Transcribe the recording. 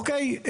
אוקיי?